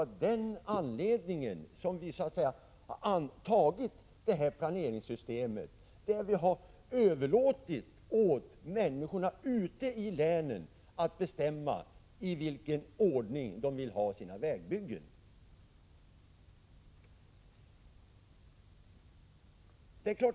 Av den anledningen har vi bestämt oss för det här planeringssystemet, som innebär att vi har överlåtit åt människorna ute i länen att avgöra i vilken ordning vägbyggena skall komma.